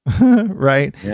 right